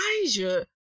Elijah